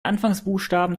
anfangsbuchstaben